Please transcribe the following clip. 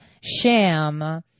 sham